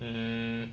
mm